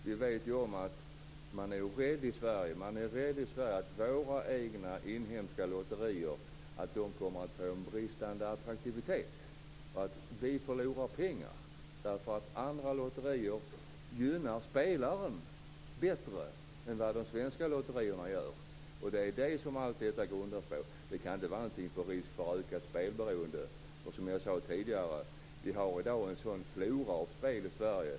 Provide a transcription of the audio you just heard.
Vi vet ju att man i Sverige är rädd att våra egna inhemska lotterier kommer att få bristande attraktivitet och att vi skall förlora pengar för att andra lotterier gynnar spelaren bättre än de svenska. Det är det som allt detta grundar sig på. Det kan inte handla om risk för ökat spelberoende eftersom vi, som jag sade tidigare, i dag har en sådan flora av spel i Sverige.